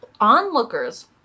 onlookers